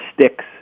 sticks